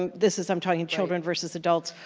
um this is i'm talking children versus adults,